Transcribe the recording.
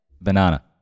Banana